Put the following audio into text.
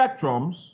spectrums